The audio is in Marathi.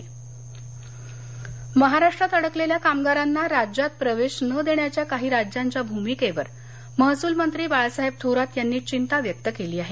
महसल मंत्री महाराष्ट्रात अडकलेल्या कामगारांना राज्यात प्रवेश न देण्याच्या काही राज्यांच्या भूमिकेवर महसूल मंत्री बाळासाहेब थोरात यांनी चिंता व्यक्त केली आहे